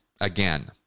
again